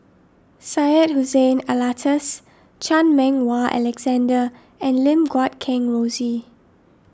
Syed Hussein Alatas Chan Meng Wah Alexander and Lim Guat Kheng Rosie